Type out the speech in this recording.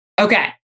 Okay